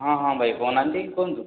ହଁ ହଁ ଭାଇ କହୁନାହାନ୍ତି କୁହନ୍ତୁ